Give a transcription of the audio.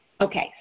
Okay